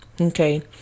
Okay